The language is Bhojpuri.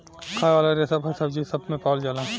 खाए वाला रेसा फल, सब्जी सब मे पावल जाला